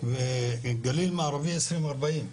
של הגליל המערבי 2040,